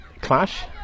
clash